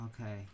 Okay